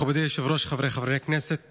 ואליד אלהואשלה (רע"מ,